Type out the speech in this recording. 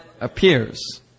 appears